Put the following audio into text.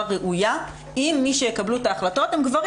ראויה אם מי שיקבלו את ההחלטות הם גברים,